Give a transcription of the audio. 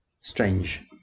strange